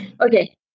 Okay